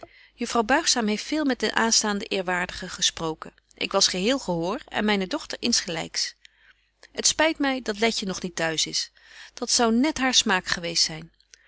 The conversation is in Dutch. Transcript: juffrouw buigzaam heeft veel met den aanstaanden eerwaardigen gesproken ik was geheel gehoor en myne dochter insgelyks t spyt my dat letje nog niet t'huis is dat betje wolff en aagje deken historie van mejuffrouw sara burgerhart zou net haar smaak geweest zyn